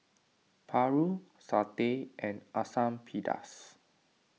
Paru Satay and Asam Pedas